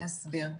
אני אסביר.